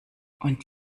und